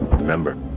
Remember